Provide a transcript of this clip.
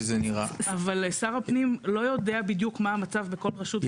אבל שר הפנים לא יודע בדיוק מה המצב בכל רשות ורשות.